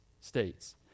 states